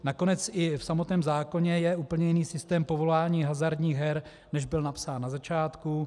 Nakonec i v samotném zákonu je úplně jiný systém povolování hazardních her, než byl napsán na začátku.